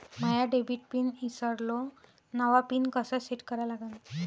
माया debit pin ईसरलो, नवा pin कसा सेट करा लागन?